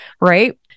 right